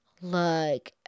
look